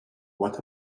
what